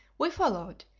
we followed,